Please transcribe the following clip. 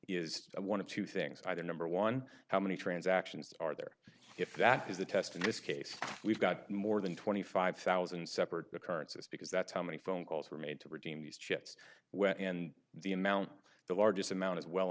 is one of two things either number one how many transactions are there if that is the test in this case we've got more than twenty five thousand separate occurrences because that's how many phone calls were made to redeem these chips when and the amount the largest amount is well